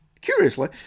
Curiously